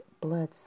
blood